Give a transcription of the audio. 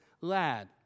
lad